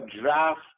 draft